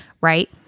Right